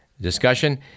discussion